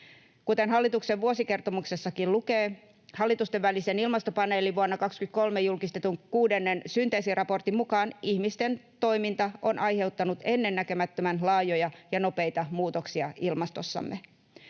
Kuten hallituksen vuosikertomuksessakin lukee, hallitustenvälisen ilmastopaneelin vuonna 23 julkistetun kuudennen synteesiraportin mukaan ihmisten toiminta on aiheuttanut ennennäkemättömän laajoja ja nopeita muutoksia ilmastossamme.